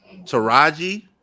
Taraji